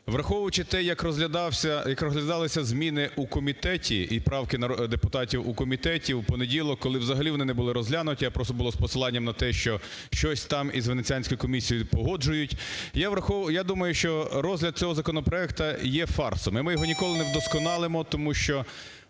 розглядався, як розглядалися зміни у комітеті і правки депутатів у комітеті в понеділок, коли взагалі вони не були розглянуті, а просто було з посиланням на те, що щось там із Венеціанською комісією погоджують, я думаю, що розгляд цього законопроекту є фарсом,